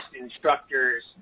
instructors